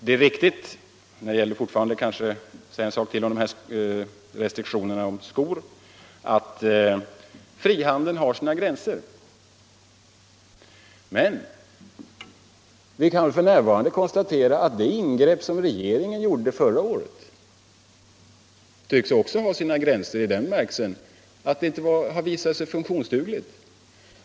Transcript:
Det är riktigt att frihandeln har sina gränser, men vi kan f. n. konstatera att det ingrepp i form av restriktioner för skotimporten som regeringen gjorde förra året också tycks ha sina gränser i den bemärkelsen att det inte har visat sig vara funktionsdugligt.